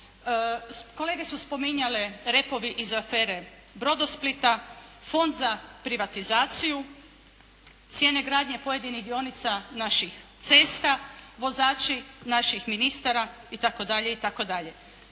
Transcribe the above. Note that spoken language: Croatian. Kolege su spominjali repovi iz afere Brodosplita, Fond za privatizaciju, cijene gradnje pojedinih dionica naših cesta, vozači naših ministara i tako